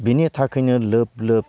बिनि थाखैनो लोब लोब